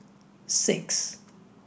six